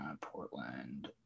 Portland